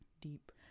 deep